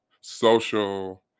social